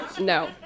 no